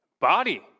body